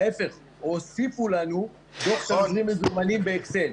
להפך, הוסיפו לנו דוח תזרים מזומנים באקסל.